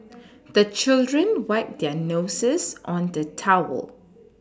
the children wipe their noses on the towel